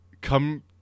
come